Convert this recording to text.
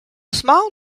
small